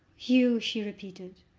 hugh, she repeated,